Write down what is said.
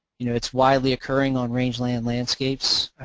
you know it's widely occurring on rangeland landscapes.